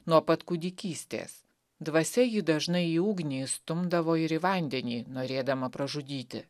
nuo pat kūdikystės dvasia jį dažnai į ugnį įstumdavo ir į vandenį norėdama pražudyti